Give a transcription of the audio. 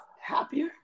happier